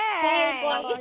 Hey